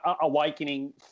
awakening